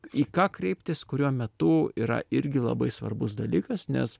į ką kreiptis kuriuo metu yra irgi labai svarbus dalykas nes